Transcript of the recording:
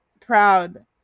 proud